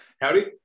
Howdy